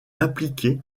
impliqué